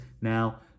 Now